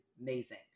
amazing